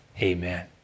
amen